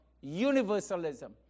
universalism